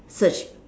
search